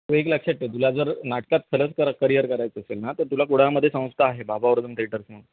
तू एक लक्षात ठेव तुला जर नाटकात खरंच करा करियर करायचं असेल ना तर तुला कुडामध्ये संस्था आहे बाबावर्धन थेटर्स म्हणून